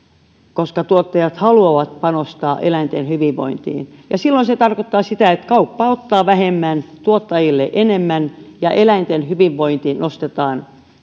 koska tuottajat haluavat panostaa eläinten hyvinvointiin ja silloin se tarkoittaa sitä että kauppa ottaa vähemmän tuottajille maksetaan enemmän ja eläinten hyvinvointi nostetaan